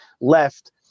left